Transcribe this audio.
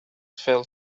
fell